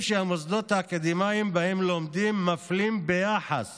שהמוסדות האקדמיים שבהם הם לומדים מפלים ביחס